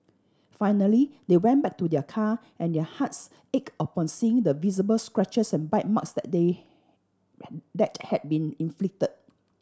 finally they went back to their car and their hearts ached upon seeing the visible scratches and bite marks that they that had been inflicted